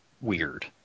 weird